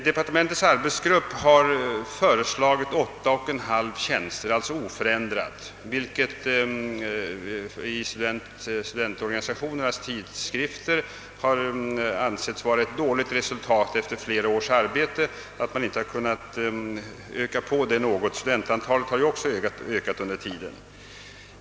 Departementets arbetsgrupp har föreslagit 8!/2 tjänster, d. v. s. oförändrat antal. Studentorganisationernas = tidskrifter har ansett att detta är ett dåligt resultat. Efter flera års arbete borde man ha kunnat öka denna siffra något; studentantalet har ju också ökat under tiden.